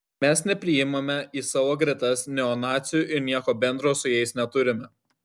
mes nepriimame į savo gretas neonacių ir nieko bendro su jais neturime